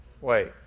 Wait